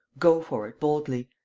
go for it boldly.